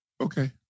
Okay